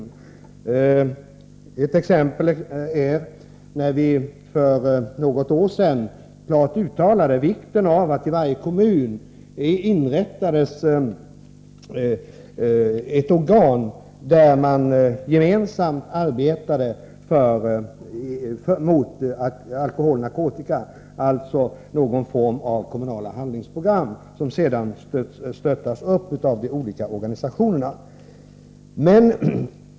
Ett exempel är när vi för något år sedan klart uttalade vikten av att det i varje kommun inrättades ett organ, där man gemensamt arbetade mot alkohol och narkotika, och där man följde någon form av kommunala handlingsprogram som skulle stöttas upp av de olika organisationerna.